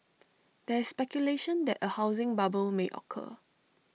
there is speculation that A housing bubble may occur